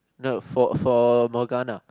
no for for Morgana